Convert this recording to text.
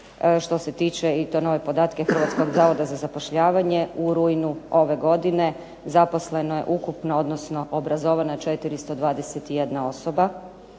što se tiče, i to nove podatke Hrvatskog zavoda za zapošljavanje, u rujnu ove godine zaposleno je ukupno, odnosno obrazovano je 421 osoba.